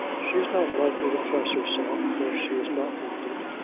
she is not likely to press herself where she is not wanted.